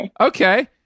Okay